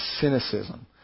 cynicism